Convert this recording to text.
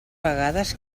vegades